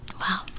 Wow